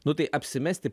nu tai apsimesti